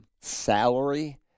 salary